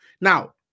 now